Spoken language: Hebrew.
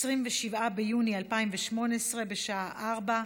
ועדת העבודה,